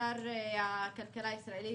קטר הכלכלה הישראלית,